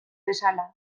bezala